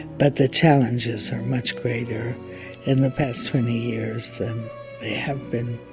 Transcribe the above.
but the challenges are much greater in the past twenty years than have been,